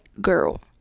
girl